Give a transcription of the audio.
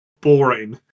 boring